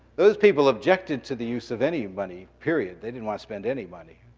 those people objected to the use of any money period. they didn't wanna spend any money.